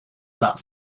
about